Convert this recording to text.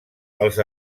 els